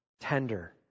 Tender